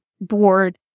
board